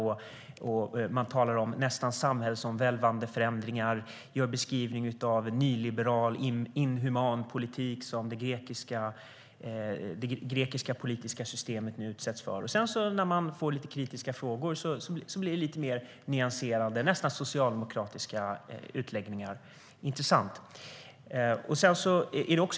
Han talar om nästan samhällsomvälvande förändringar och ger beskrivningar av nyliberal inhuman politik, som det grekiska politiska systemet nu utsätts för. När han sedan får kritiska frågor blir det lite mer nyanserade, nästan socialdemokratiska, utläggningar. Det är intressant.